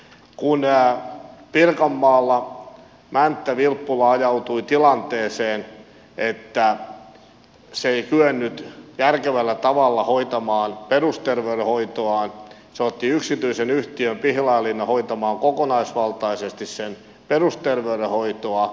kun pirkanmaalla mänttä vilppula ajautui tilanteeseen että se ei kyennyt järkevällä tavalla hoitamaan perusterveydenhoitoaan se otti yksityisen yhtiön pihlajalinnan hoitamaan kokonaisvaltaisesti sen perusterveydenhoitoa